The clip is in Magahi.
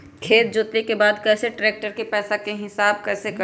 खेत जोते के बाद कैसे ट्रैक्टर के पैसा का हिसाब कैसे करें?